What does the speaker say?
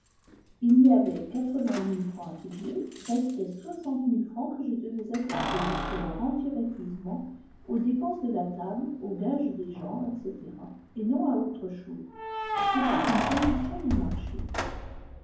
il y avait quatre-vingt mille francs à payer restaient soixante mille francs que je devais affecter jusqu'à leur entier épuisement aux dépenses de la table aux gages des gens etc et non à autre chose c'était une condition du marché